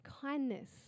kindness